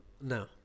No